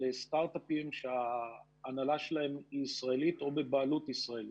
לסטארט-אפים שההנהלה שלהם היא ישראלית או בבעלות ישראלית.